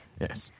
Yes